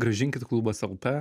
grąžinkit klubas eltė